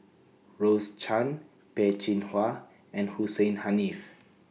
Rose Chan Peh Chin Hua and Hussein Haniff